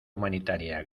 humanitaria